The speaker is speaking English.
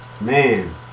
Man